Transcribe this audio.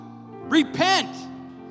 Repent